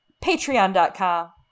Patreon.com